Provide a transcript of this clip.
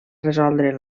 resoldre